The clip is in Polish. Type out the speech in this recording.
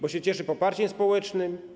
Bo się cieszy poparciem społecznym?